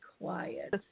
quiet